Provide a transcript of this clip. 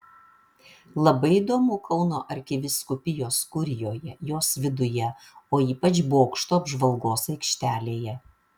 labai įdomu kauno arkivyskupijos kurijoje jos viduje o ypač bokšto apžvalgos aikštelėje